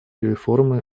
реформы